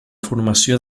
formació